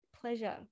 pleasure